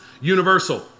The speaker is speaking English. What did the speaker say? universal